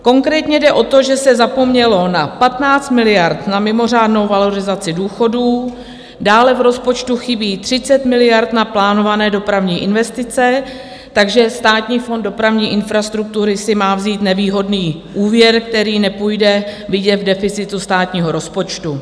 Konkrétně jde o to, že se zapomnělo na 15 miliard na mimořádnou valorizaci důchodů, dále v rozpočtu chybí 30 miliard na plánované dopravní investice, takže Státní fond dopravní infrastruktury si má vzít nevýhodný úvěr, který nepůjde vidět v deficitu státního rozpočtu.